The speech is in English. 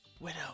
Widow